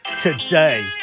today